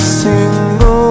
single